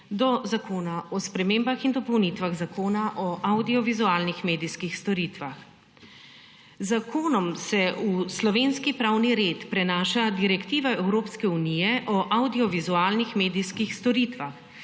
do Zakona o spremembah in dopolnitvah Zakona o avdiovizualnih medijskih storitvah. Z zakonom se v slovenski pravni red prenaša direktiva Evropske unije o avdiovizualnih medijskih storitvah.